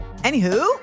Anywho